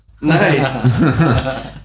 Nice